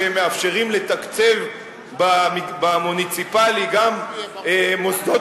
שמאפשרים לתקצב במוניציפלי גם מוסדות